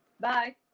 Bye